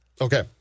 Okay